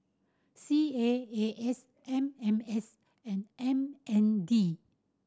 C A A S M M S and M N D